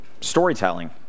storytelling